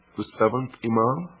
the seventh imam?